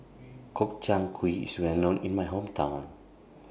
Gobchang Gui IS Well known in My Hometown